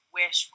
wish